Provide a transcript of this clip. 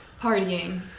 partying